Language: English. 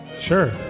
Sure